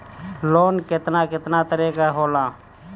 Loan केतना केतना तरह के होला?